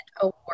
Award